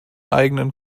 eigenen